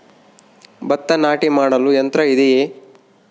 ಭತ್ತ ನಾಟಿ ಮಾಡಲು ಯಂತ್ರ ಇದೆಯೇ?